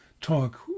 talk